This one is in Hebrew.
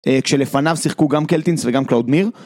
כשלפניו שיחקו גם קלטינס וגם קלאוד מיר